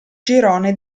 girone